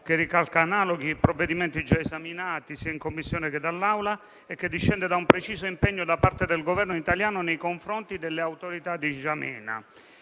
caso, ricalca analoghi provvedimenti già esaminati sia in Commissione che in Aula e che discende da un preciso impegno da parte del Governo italiano nei confronti delle autorità di N'Djamena.